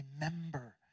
Remember